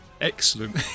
excellent